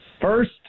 First